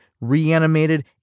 reanimated